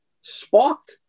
sparked